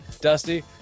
Dusty